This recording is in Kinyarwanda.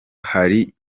hari